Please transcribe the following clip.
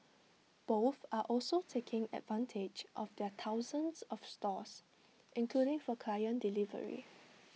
both are also taking advantage of their thousands of stores including for client delivery